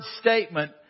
statement